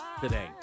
today